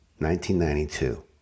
1992